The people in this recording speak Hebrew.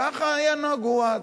ככה נהגו אז.